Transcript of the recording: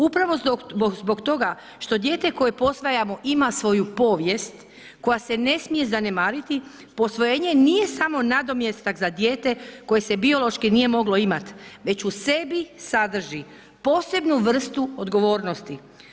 Upravo zbog toga što dijete koje posvajamo ima svoju povijest koja se ne smije zanemariti, posvojenje nije samo nadomjestak za dijete koje se biološki nije moglo imat već u sebi sadrži posebnu vrstu odgovornosti.